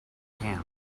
camp